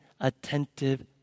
attentive